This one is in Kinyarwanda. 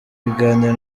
ibiganiro